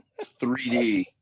3D